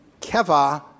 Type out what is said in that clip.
keva